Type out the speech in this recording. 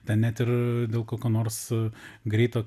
ten net ir kokio nors greito